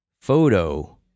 photo